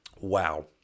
Wow